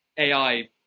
AI